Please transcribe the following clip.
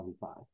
five